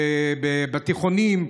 בתיכונים,